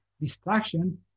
distraction